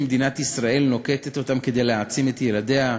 שמדינת ישראל נוקטת כדי להעצים את ילדיה,